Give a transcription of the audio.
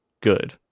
good